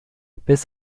bis